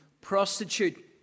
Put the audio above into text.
prostitute